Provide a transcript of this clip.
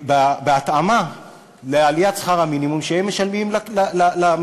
בהתאמה לעליית שכר המינימום שהם משלמים למטפלים